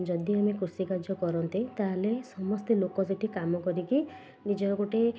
ଯଦି ଆମେ କୃଷି କାର୍ଯ୍ୟ କରନ୍ତେ ତାହେଲେ ସମସ୍ତେ ଲୋକ ସେଠି କାମ କରିକି ନିଜ ଗୋଟେ